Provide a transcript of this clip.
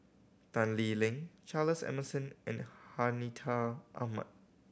Tan Lee Leng Charles Emmerson and Hartinah Ahmad